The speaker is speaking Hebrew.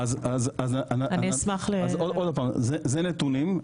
אלו נתונים,